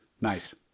Nice